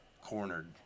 cornered